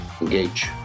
Engage